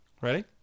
Ready